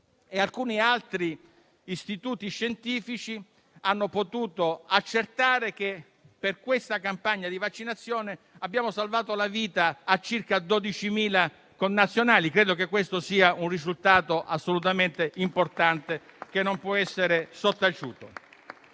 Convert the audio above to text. Altri istituti scientifici hanno potuto accertare che, grazie alla campagna di vaccinazione, abbiamo salvato la vita a circa 12.000 connazionali: credo che questo sia un risultato assolutamente importante, che non può essere sottaciuto.